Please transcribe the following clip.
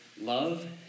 love